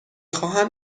خواهم